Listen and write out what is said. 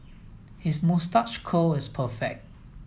his moustache curl is perfect